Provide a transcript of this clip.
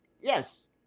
yes